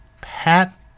Pat